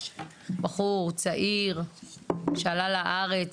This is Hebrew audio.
בחור צעיר שעלה לארץ,